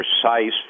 precise